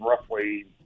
roughly